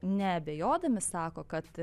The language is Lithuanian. neabejodami sako kad